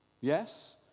Yes